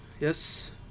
Yes